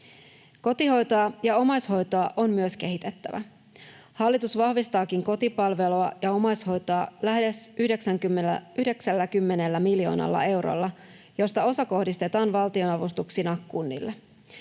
kotihoitoa ja omaishoitoa on kehitettävä. Hallitus vahvistaakin kotipalvelua ja omaishoitoa lähes 90 miljoonalla eurolla, mistä osa kohdistetaan valtionavustuksina kunnille.